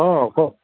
অঁ কওক